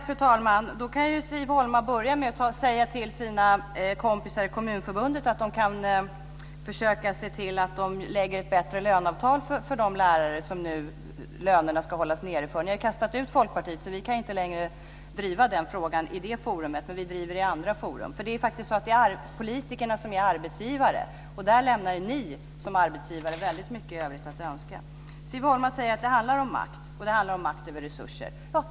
Fru talman! Då kan Siv Holma börja med att säga till sina kompisar i Kommunförbundet att de kan försöka se till att lägga fram ett bättre förslag till löneavtal för de lärare som nu lönerna ska hållas nere för. Ni har kastat ut Folkpartiet, så vi kan inte längre driva den frågan i det forumet, men vi driver den i andra forum. Det är politikerna som är arbetsgivare. Där lämnar ni som arbetsgivare väldigt mycket i övrigt att önska. Siv Holma säger att det handlar om makt och makt över resurser.